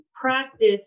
practice